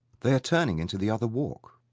they are turning into the other walk.